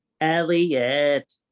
Elliot